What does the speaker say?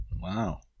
Wow